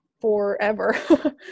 forever